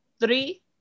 Three